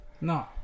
No